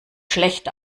schlecht